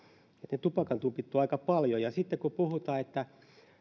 mutta tupakantumpit tuovat aika paljon sitten kun puhutaan että